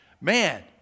man